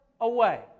away